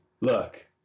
Look